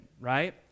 right